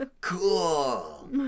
cool